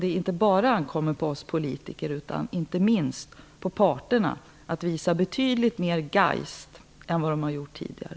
Det ankommer inte bara på oss politiker utan också inte minst på parterna att visa betydligt mer geist än tidigare.